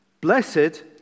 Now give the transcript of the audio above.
Blessed